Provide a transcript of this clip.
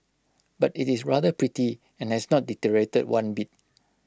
but IT is rather pretty and has not deteriorated one bit